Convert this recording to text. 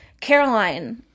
caroline